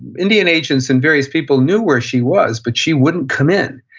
indian ancients and various people knew where she was, but she wouldn't come in,